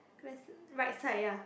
where is right side ya